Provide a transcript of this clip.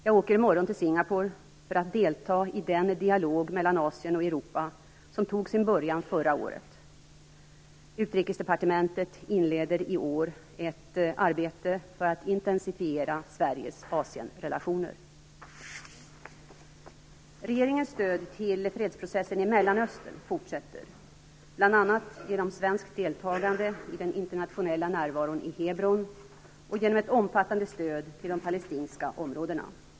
Jag åker i morgon till Singapore för att delta i den dialog mellan Asien och Europa som tog sin början förra året. Utrikesdepartementet inleder i år ett arbete för att intensifiera Sveriges Asienrelationer. Regeringens stöd till fredsprocessen i Mellanöstern fortsätter, bl.a. genom svenskt deltagande i den internationella närvaron i Hebron och genom ett omfattande stöd till de palestinska områdena.